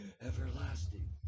everlasting